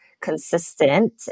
consistent